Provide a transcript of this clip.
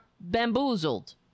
bamboozled